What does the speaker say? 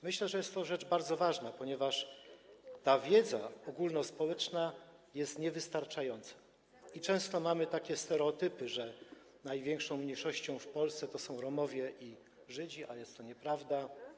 Myślę, że jest to rzecz bardzo ważna, ponieważ ta ogólnospołeczna wiedza jest niewystarczająca i często mamy takie stereotypy, że największymi mniejszościami w Polsce są Romowie i Żydzi, a jest to nieprawda.